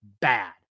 bad